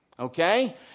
Okay